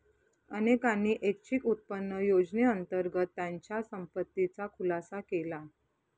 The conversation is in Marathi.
अनेकांनी ऐच्छिक उत्पन्न योजनेअंतर्गत त्यांच्या संपत्तीचा खुलासा केला